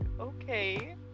okay